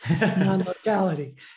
non-locality